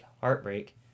Heartbreak